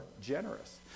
generous